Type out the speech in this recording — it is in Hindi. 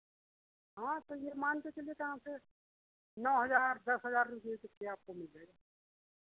हाँ तो ये मान के चलिए कम से नौ हज़ार दस हज़ार रुपए तक की आपको मिल जाएगी